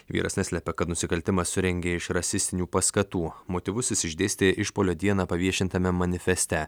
vyras neslepia kad nusikaltimą surengė iš rasistinių paskatų motyvus jis išdėstė išpuolio dieną paviešintame manifeste